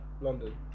London